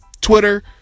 Twitter